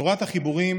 תורת החיבורים